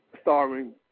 starring